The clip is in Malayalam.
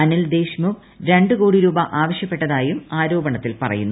അനിൽ ദേശ്മുഖ് രണ്ട് കോടി രൂപ ആവശ്യപ്പെട്ടതായും ആരോപണത്തിൽ പറയുന്നു